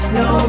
no